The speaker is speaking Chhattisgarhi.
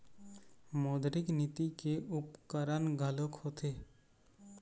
मौद्रिक नीति के उपकरन घलोक होथे